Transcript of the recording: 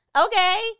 Okay